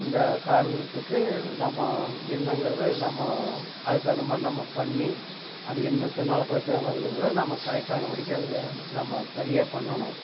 இந்த காரணத்துக்கு நம்ம என்னங்கிறது நம்ம அதுக்கு தகுந்த மாதிரி நம்ம பண்ணி அது என்னத்தினால பிரச்சன வருதுங்கிறத நம்ம கரெக்ட்டான படிக்கு நம்ம சரியாக பண்ணணும்